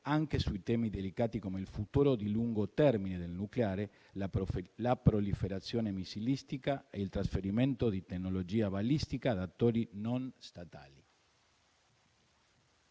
anche sui temi delicati come il futuro di lungo termine del nucleare, la proliferazione missilistica e il trasferimento di tecnologia balistica ad attori non statali.